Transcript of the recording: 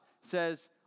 says